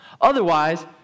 Otherwise